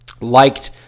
liked